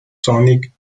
sonic